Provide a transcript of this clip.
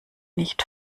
nicht